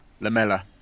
lamella